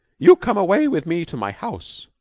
you come away with me to my house.